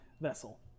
vessel